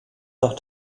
nach